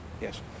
Yes